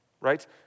right